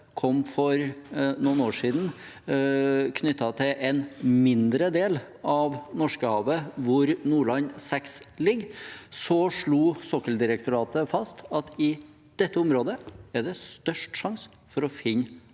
med for noen år siden, knyttet til en mindre del av Norskehavet, hvor Nordland VI ligger, slo de fast at i dette området er det størst sjanse for å finne